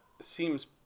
seems